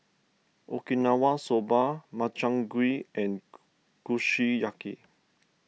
Okinawa Soba Makchang Gui and Kushiyaki